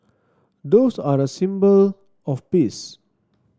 doves are a symbol of peace